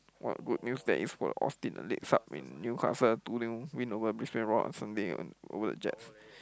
what good news that is for Austin in Newcastle two new win over Brisbane-Roar on Sunday over the jets